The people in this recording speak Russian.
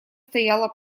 стояла